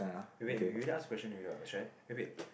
wait we already ask question already what wait